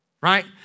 right